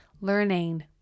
learning